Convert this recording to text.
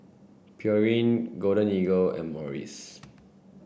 Pureen Golden Eagle and Morries